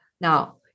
Now